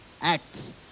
acts